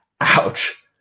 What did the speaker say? Ouch